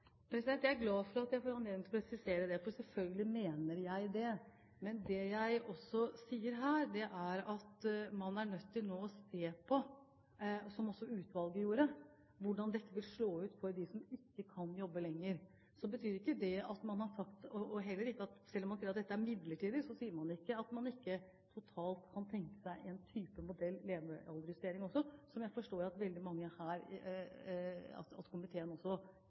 Jeg er glad for at jeg får anledning til å presisere det, for selvfølgelig mener jeg det. Men det jeg også sier, er at nå er man nødt til å se på – som også utvalget gjorde – hvordan dette vil slå ut for dem som ikke kan jobbe lenger. Selv om man sier at dette er midlertidig, så sier man ikke at man ikke totalt kan tenke seg en type modell når det gjelder levealdersjustering også, som jeg forstår at